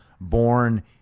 born